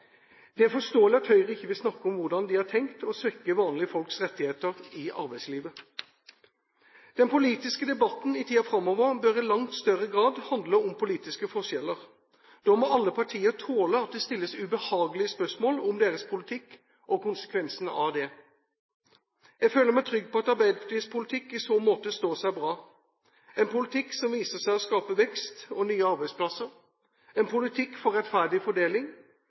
Det er forståelig at Høyre ikke vil snakke om hvordan de har tenkt å svekke vanlige folks rettigheter i arbeidslivet. Den politiske debatten i tiden framover bør i langt større grad handle om politiske forskjeller. Da må alle partier tåle at det stilles ubehagelige spørsmål om deres politikk og konsekvensene av den. Jeg føler meg trygg på at Arbeiderpartiets politikk i så måte står seg bra – en politikk som viser seg å skape vekst og nye arbeidsplasser, en politikk for rettferdig fordeling,